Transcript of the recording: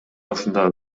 ушундай